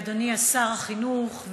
אדוני שר החינוך,